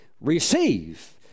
Receive